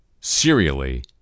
serially